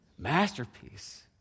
masterpiece